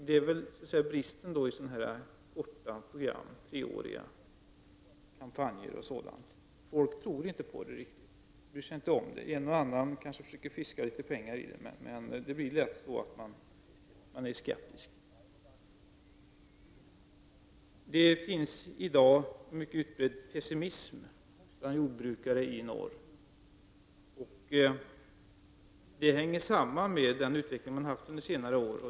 Det är bristen i korta program, treåriga kampanjer och sådant. Människor tror inte riktigt på dem. De bryr sig inte om dem. En och annan kanske försöker fiska litet pengar, men det blir lätt så att de flesta är skeptiska. Det finns i dag en mycket utbredd pessimism bland jordbrukare i norr. Det hänger samman med senare års utveckling.